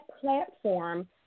platform